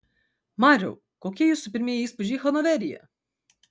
mariau kokie jūsų pirmieji įspūdžiai hanoveryje